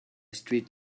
street